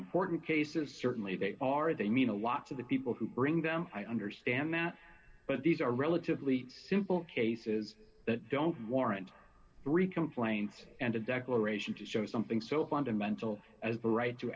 important cases certainly they are they mean a lot to the people who bring them i understand that but these are relatively simple cases that don't warrant three complaints and a declaration to show something so fundamental as the right to